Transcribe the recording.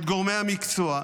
את גורמי המקצוע,